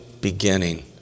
beginning